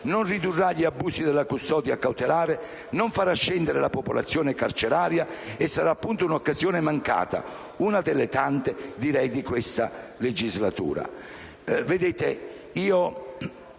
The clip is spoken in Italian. non ridurrà gli abusi della custodia cautelare, non farà scendere la popolazione carceraria e sarà appunto un'occasione mancata, una delle tante di questa legislatura.